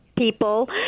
People